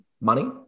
money